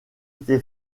été